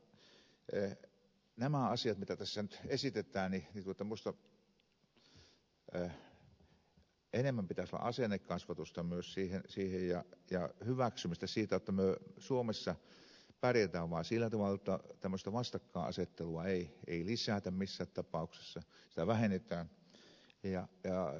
sen takia näihin asioihin liittyen mitä tässä esitetään minusta enemmän pitäisi olla asennekasvatusta ja sen hyväksymistä jotta me suomessa pärjäämme vain sillä tavalla jotta tämmöistä vastakkaisasettelua ei lisätä missään tapauksessa vaan sitä vähennetään